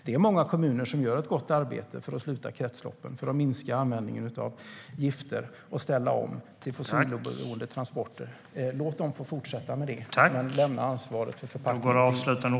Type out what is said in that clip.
Det är många kommuner som gör ett gott arbete för att sluta kretsloppen, minska användningen av gifter och ställa om till fossiloberoende transporter. Låt dem få fortsätta med det, men lämna ansvaret för förpackningarna till branschen!